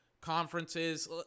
conferences